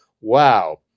wow